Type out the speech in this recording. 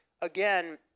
again